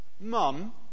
mum